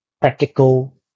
practical